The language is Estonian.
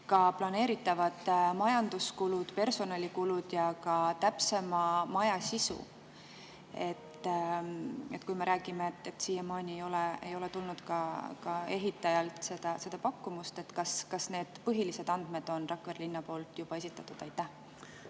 planeeritavad majanduskulud, personalikulud ja ka maja täpsema sisu? Kui me räägime, et siiamaani pole tulnud ka ehitajalt pakkumist, siis kas need põhilised andmed on Rakvere linn juba esitanud? Aitäh